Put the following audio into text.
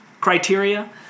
criteria